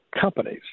companies